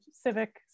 civic